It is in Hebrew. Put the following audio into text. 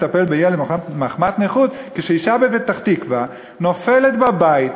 לטפל בילד מחמת נכות כאשר אישה בפתח-תקווה נופלת בבית,